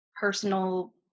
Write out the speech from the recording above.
personal